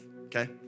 okay